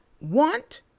want